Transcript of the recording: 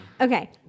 Okay